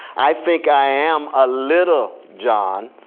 i think i um a little john.